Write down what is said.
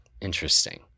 Interesting